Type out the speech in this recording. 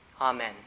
Amen